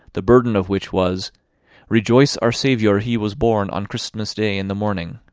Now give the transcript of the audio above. the burden of which was rejoice, our saviour he was born on christmas day in the morning.